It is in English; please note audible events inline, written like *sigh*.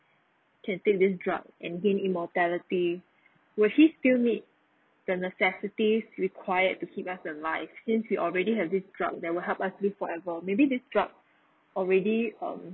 can take this drug and gain immortality *breath* would she still need the necessities required to keep up the life since you already have this drug that will help us live forever maybe this drug *breath* already um